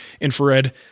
infrared